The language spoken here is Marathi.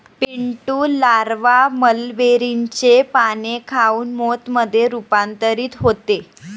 पिंटू लारवा मलबेरीचे पाने खाऊन मोथ मध्ये रूपांतरित होते